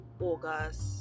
August